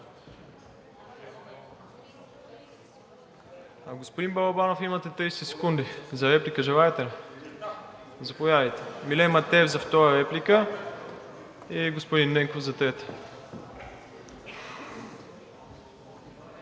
Господин Балабанов, имате 30 секунди. За реплика желаете ли? Заповядайте. Милен Матеев за втора реплика и господин Ненков за трета.